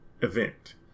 event